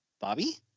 Bobby